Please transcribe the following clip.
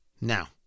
Now